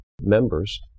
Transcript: members